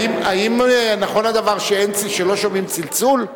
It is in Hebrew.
האם נכון הדבר שלא שומעים צלצול?